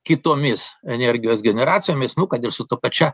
kitomis energijos generacijomis nu kad ir su ta pačia